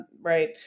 right